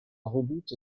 redoute